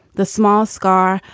the small scar.